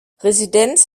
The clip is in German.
residenz